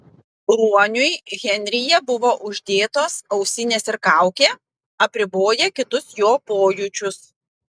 ruoniui henryje buvo uždėtos ausinės ir kaukė apriboję kitus jo pojūčius